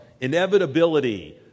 inevitability